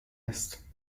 است